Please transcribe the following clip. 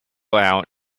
out